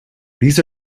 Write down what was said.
these